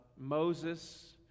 moses